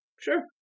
Sure